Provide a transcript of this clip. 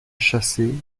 chasser